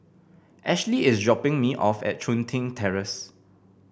Ashli is dropping me off at Chun Tin Terrace